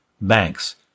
banks